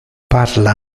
parla